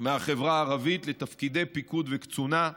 מהחברה הערבית לתפקידי פיקוד וקצונה.